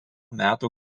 metų